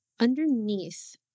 underneath